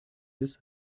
des